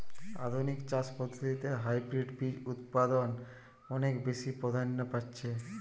আধুনিক চাষ পদ্ধতিতে হাইব্রিড বীজ উৎপাদন অনেক বেশী প্রাধান্য পাচ্ছে